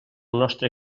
nostre